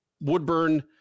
Woodburn